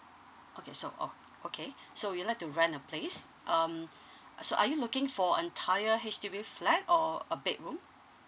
okay so oh okay so you'd like to rent a place um uh so are you looking for entire H_D_B flat or a bedroom